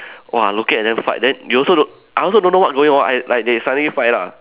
!wah! looking at them fight then you also don't I also don't know what going on I like they suddenly fight lah